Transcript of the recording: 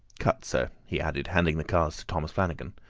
cut, sir, he added, handing the cards to thomas flanagan.